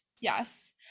yes